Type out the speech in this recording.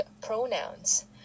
pronouns